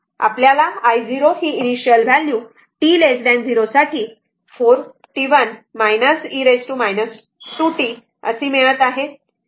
तर आपल्याला i0 हि इनिशिअल व्हॅल्यू t 0 साठी 1 e 2t मिळत आहे